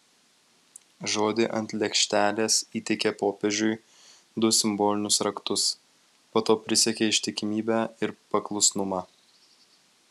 žodį ant lėkštelės įteikė popiežiui du simbolinius raktus po to prisiekė ištikimybę ir paklusnumą